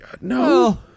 No